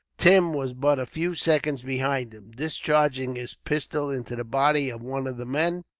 tim was but a few seconds behind him. discharging his pistol into the body of one of the men,